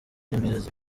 nimwiza